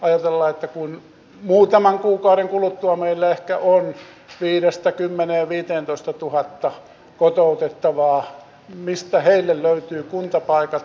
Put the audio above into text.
näkisin että tulevaisuudessa meidän tulisi kehittää maksujärjestelmää siihen suuntaan että maksukattoja madallettaisiin ja alkuvastuuosuuksia lisättäisiin